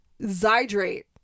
zydrate